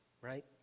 right